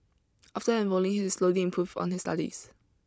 after enrolling he is slowly improved on his studies